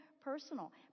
personal